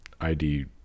id